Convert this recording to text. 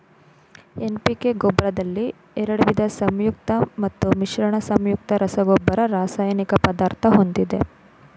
NPK ಗೊಬ್ರದಲ್ಲಿ ಎರಡ್ವಿದ ಸಂಯುಕ್ತ ಮತ್ತು ಮಿಶ್ರಣ ಸಂಯುಕ್ತ ರಸಗೊಬ್ಬರ ರಾಸಾಯನಿಕ ಪದಾರ್ಥ ಹೊಂದಿದೆ